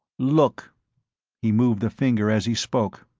look he moved the finger as he spoke,